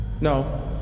No